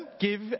give